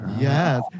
Yes